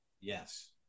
Yes